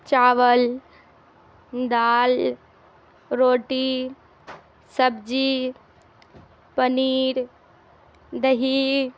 چاول دال روٹی سبزی پنیر دہی